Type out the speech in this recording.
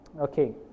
okay